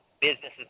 businesses